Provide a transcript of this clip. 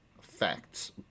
facts